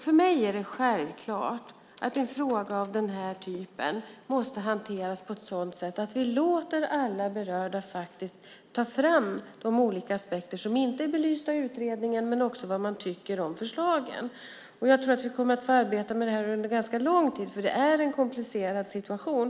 För mig är det självklart att en fråga av den här typen måste hanteras på ett sådant sätt att vi låter alla berörda ta fram de olika aspekter som inte är belysta i utredningen men också vad de tycker om förslagen. Jag tror att vi kommer att få arbeta med det här under ganska lång tid, för det är en komplicerad situation.